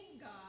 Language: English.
God